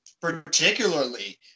particularly